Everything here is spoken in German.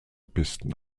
pisten